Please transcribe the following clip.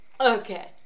Okay